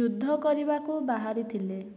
ଯୁଦ୍ଧ କରିବାକୁ ବାହାରିଥିଲେ